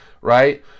right